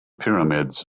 pyramids